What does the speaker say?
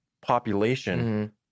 population